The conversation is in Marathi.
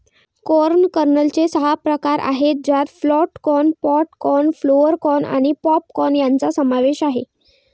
कॉर्न कर्नलचे सहा प्रकार आहेत ज्यात flint corn, pod corn, flour corn आणि पॉप कॉर्न यांचा समावेश आहे